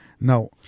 Now